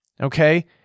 Okay